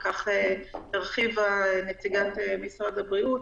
על כך הרחיבה נציגת משרד הבריאות.